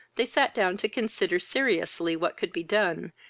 they sat down to consider seriously what could be done,